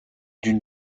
d’une